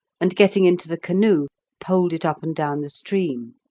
and getting into the canoe, poled it up and down the stream.